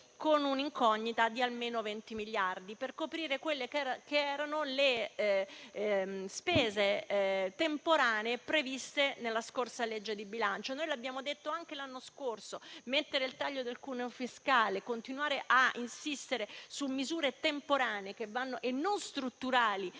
con un'incognita di almeno 20 miliardi per coprire le spese temporanee previste nella scorsa legge di bilancio. Lo abbiamo detto anche l'anno scorso: mettere il taglio del cuneo fiscale e continuare a insistere su misure temporanee e non strutturali